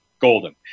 golden